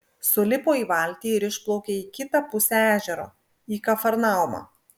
sulipo į valtį ir išplaukė į kitą pusę ežero į kafarnaumą